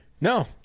No